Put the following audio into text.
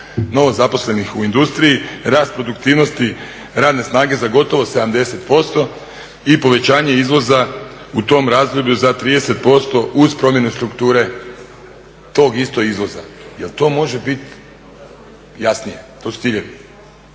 novozaposlenih u industriji, rast produktivnosti radne snage za gotovo 70% i povećanje izvoza u tom razdoblju za 30% uz promjenu strukture tog istog izvoza. Jel to može biti jasnije? To su ciljevi.